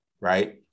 right